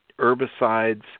herbicides